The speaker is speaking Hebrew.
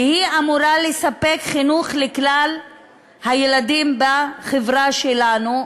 ואמורה לספק חינוך לכלל הילדים בחברה שלנו,